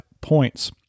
points